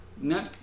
No